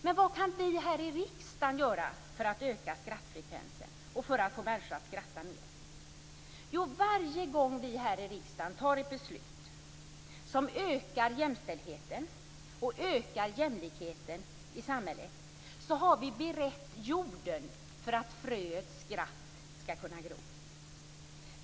Men vad kan vi här i riksdagen göra för att öka skrattfrekvensen och få människor att skratta mer? Jo, varje gång vi här i riksdagen fattar ett beslut som ökar jämställdheten och jämlikheten i samhället har vi berett jorden för att fröet skratt skall kunna gro.